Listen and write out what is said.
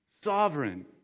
sovereign